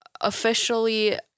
officially